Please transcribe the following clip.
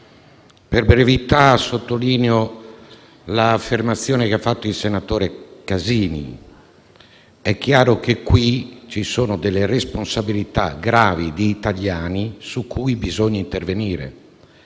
Per brevità, sottolineo l'affermazione che ha fatto il senatore Casini: è chiaro che qui ci sono gravi responsabilità di italiani, su cui bisogna intervenire.